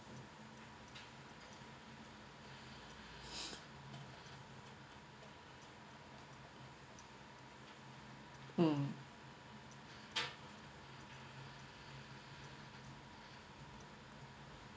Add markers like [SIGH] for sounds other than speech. [NOISE] mm